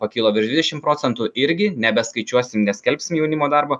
pakilo virš dvidešim procentų irgi nebeskaičiuosim neskelbsim jaunimo darbo